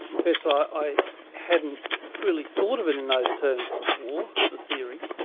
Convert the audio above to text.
confess ah i hadn't really thought of it in those terms before, the theory.